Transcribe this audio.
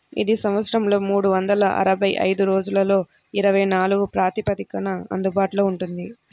ఇది సంవత్సరంలో మూడు వందల అరవై ఐదు రోజులలో ఇరవై నాలుగు ప్రాతిపదికన అందుబాటులో ఉంటుంది